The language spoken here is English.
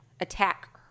attack